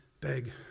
beg